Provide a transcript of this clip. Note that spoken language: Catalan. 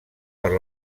per